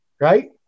right